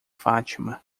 fátima